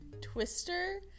Twister